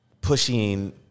pushing